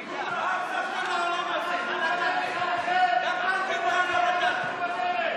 רק דם ופיגועים ורצח והשפלת נשים, מה הבאתם?